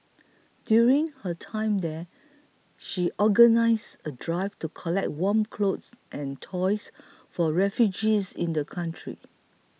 during her time there she organised a drive to collect warm clothing and toys for refugees in the country